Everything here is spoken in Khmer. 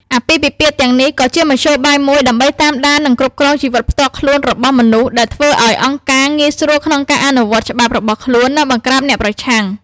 អាពាហ៍ពិពាហ៍ទាំងនេះក៏ជាមធ្យោបាយមួយដើម្បីតាមដាននិងគ្រប់គ្រងជីវិតផ្ទាល់ខ្លួនរបស់មនុស្ស ដែលធ្វើឱ្យអង្គការងាយស្រួលក្នុងការអនុវត្តច្បាប់របស់ខ្លួននិងបង្ក្រាបអ្នកប្រឆាំង។